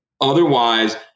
Otherwise